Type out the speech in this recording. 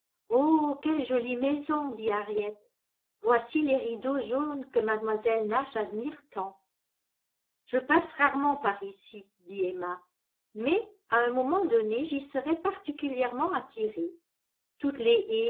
oh quelle jolie maison dit harriet voici les rideaux jaunes que mlle nash admire tant je passe rarement par ici dit emma mais à un moment donné j'y serai particulièrement attirée toutes les